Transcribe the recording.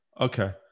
okay